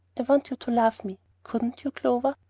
i want you to love me. couldn't you, clover?